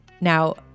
Now